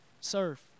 Serve